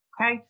Okay